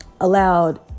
allowed